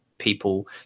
people